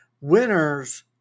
winners